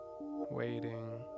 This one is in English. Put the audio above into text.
waiting